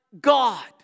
God